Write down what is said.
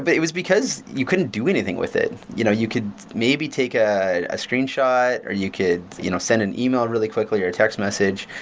but it was because you couldn't do anything with it you know you could maybe take ah a screenshot, or you could you know send an e-mail really quickly or a text message,